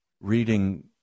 reading